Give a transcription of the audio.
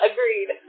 Agreed